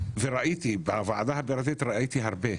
וראיתי בוועדה הפריטטית ראיתי הרבה,